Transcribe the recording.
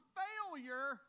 failure